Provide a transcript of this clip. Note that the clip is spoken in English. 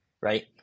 right